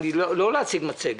אני מבקש לא להציג מצגת.